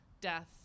death